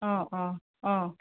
অঁ অঁ অঁ